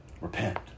Repent